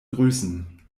grüßen